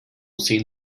sehen